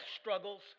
struggles